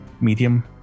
medium